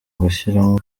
gushyiramo